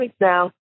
now